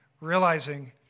realizing